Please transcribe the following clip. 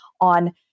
on